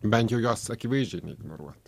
bent jau jos akivaizdžiai neignoruot